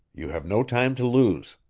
you have no time to lose.